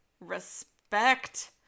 respect